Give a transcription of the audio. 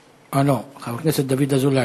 חבר הכנסת דוד אזולאי,